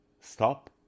Stop